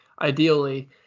ideally